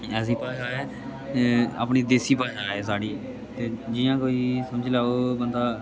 ऐसी भाशा ऐ अपनी देसी भाशा ऐ साढ़ी अपनी ते जियां कोई समझी लैओ बंदा